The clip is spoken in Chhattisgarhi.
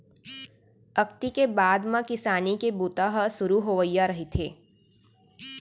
अक्ती के बाद म किसानी के बूता ह सुरू होवइया रहिथे